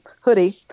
hoodie